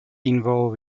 involve